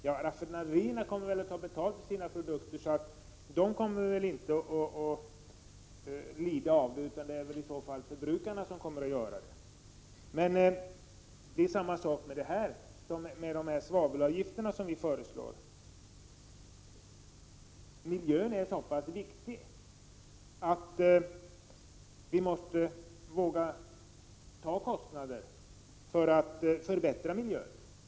Men dessa kommer naturligtvis att ta betalt för sina produkter och därför inte lida av kostnaderna, utan det blir i så fall förbrukarna som får göra det. Det är på samma sätt med dessa avgifter som med de svavelavgifter som vi föreslår. Miljön är så viktig att vi måste våga ta kostnader för att förbättra den.